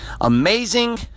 Amazing